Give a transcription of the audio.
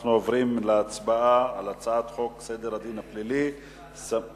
אנחנו עוברים להצבעה על הצעת חוק סדר הדין הפלילי (סמכויות אכיפה,